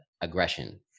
aggression